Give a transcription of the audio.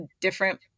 different